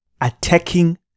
attacking